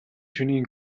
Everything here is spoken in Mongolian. шөнийн